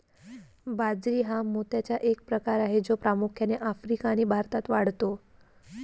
बाजरी हा मोत्याचा एक प्रकार आहे जो प्रामुख्याने आफ्रिका आणि भारतात वाढतो